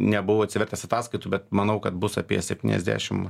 nebuvau atsivertęs ataskaitų bet manau kad bus apie septyniasdešim